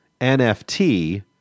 NFT